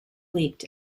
leaked